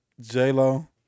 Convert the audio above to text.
J-Lo